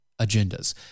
agendas